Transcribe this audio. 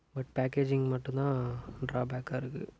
but packaging மட்டும் தான் டிராபேக்காக இருக்குது